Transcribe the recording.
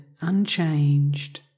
unchanged